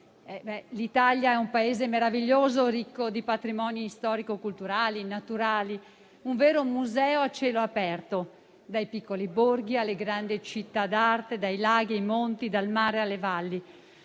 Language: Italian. l'Italia è un Paese meraviglioso, ricco di patrimoni storico-culturali, naturali; un vero museo a cielo aperto: dai piccoli borghi alle grandi città d'arte, dai laghi ai monti, dal mare alle valli.